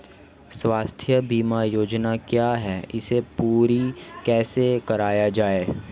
स्वास्थ्य बीमा योजना क्या है इसे पूरी कैसे कराया जाए?